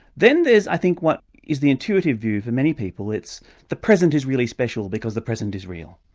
then there's i think what is the intuitive view for many people, it's the present is really special because the present is real.